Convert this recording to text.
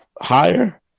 higher